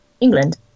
england